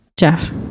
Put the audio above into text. Jeff